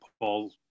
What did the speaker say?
paul